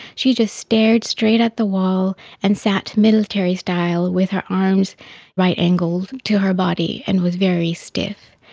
she just stared straight at the wall and sat military style with her arms right angled to her body and was very stiff.